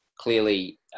clearly